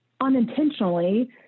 unintentionally